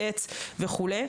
בעץ וכו'.